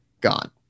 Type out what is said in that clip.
gone